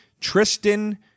Tristan